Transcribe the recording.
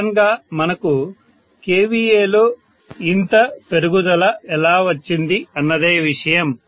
sudden గా మనకు kVAలో ఇంత పెరుగుదల ఎలా వచ్చింది అన్నదే విషయం